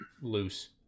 loose